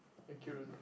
accurate ah